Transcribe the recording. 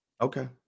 Okay